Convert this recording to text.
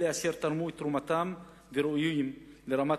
אלה אשר תרמו את תרומתם וראויים לרמת